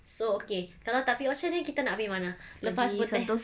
so okay kalau tak pergi orchard then kita nak pergi mana lepas ni eh